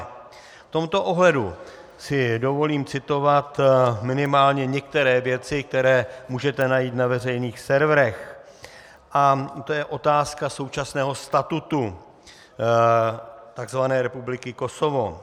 V tomto ohledu si dovolím citovat minimálně některé věci, které můžete najít na veřejných serverech, a to je otázka současného statutu takzvané Republiky Kosovo.